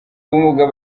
ubumuga